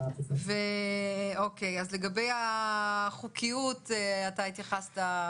אוקיי, אז לגבי החוקיות אתה התייחסת.